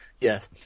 Yes